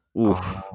Oof